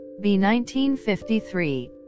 B-1953